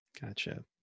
Gotcha